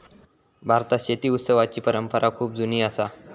भारतात शेती उत्सवाची परंपरा खूप जुनी असा